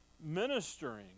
ministering